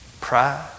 pride